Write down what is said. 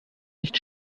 nicht